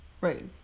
right